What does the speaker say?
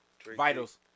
Vitals